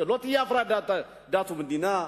שלא תהיה הפרדת דת ומדינה,